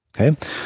okay